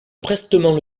prestement